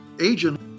agent